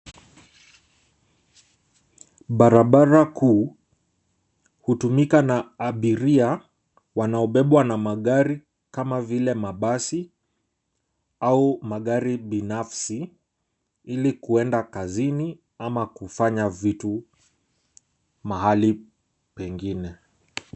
Barabara kuu hutumika na abiria wanaobewbwa na magari kama vile mabasi au magari binafsi ili kuenda kazini ama kufanya vitu mahali pengine.